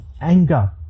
anger